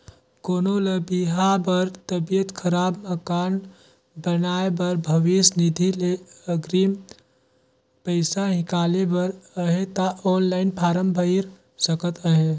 कोनो ल बिहा बर, तबियत खराब, मकान बनाए बर भविस निधि ले अगरिम पइसा हिंकाले बर अहे ता ऑनलाईन फारम भइर सकत अहे